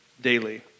daily